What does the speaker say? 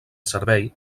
servei